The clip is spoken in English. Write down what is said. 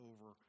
over